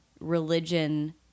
religion